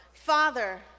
Father